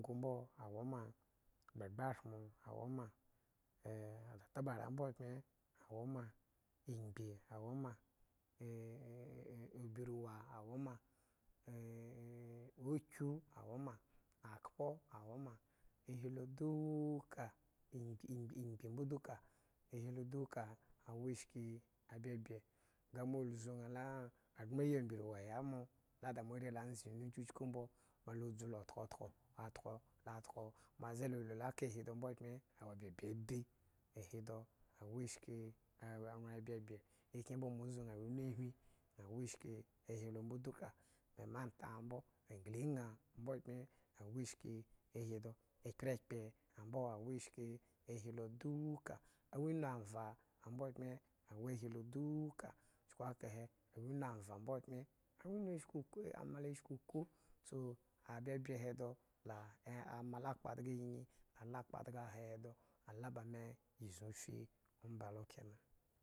Klungu mbo awo ma gbagbashmo awo m eh tatabara mbo pyen awo m imgbi awo ma eeh aburuwa awoma ee abruwa awo ma ee akyu awo ma akhpo awo ma ahi lo duuka imgbi ambo duka ahi lo duka awo eshki abyebye nga mo zu ña la agbrenyi ambruwa he mo nga da moare la ndzeinu chuchku mbo mo lo dzu loo tkotko la toko latko ta tko moze la lu la ka ahi mbo pyen awo byebye abi ahi do awo eshki anwgen byebye akyen mbo mo zu ñaa awuru ahwin awo eshki ahi lo mbo duka me manta ambo anglinaa mbo pyen awo eshki ahi do ekperekpre ambo awo eshki ahi duuka awunu anva ambo pyen awo hi duuka chuku akahe awunu aura mbo pyen awunu ski ku ama lo shki ku, so abye abye dga aha e do ala ba me e zuu fi omba lo kenan